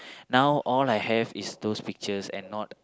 now all I have is those pictures and not